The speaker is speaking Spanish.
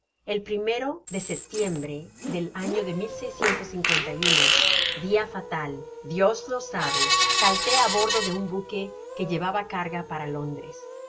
el primero de setiembre del año de dia fatal dios lo sabe salté á bordo de un buque que llevaba carga para londres